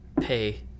pay